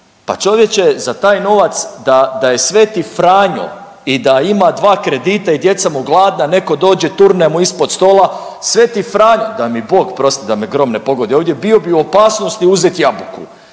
pa čovječe za taj novac da je sv. Franjo i da ima 2 kredita i djeca mu gladna neko dođe turne mu ispod stola sveti Franjo da mi Bog prosti da me grom ne pogodi ovdje bio bi u opasnosti uzeti jabuku.